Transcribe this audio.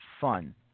fun